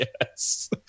Yes